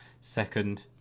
second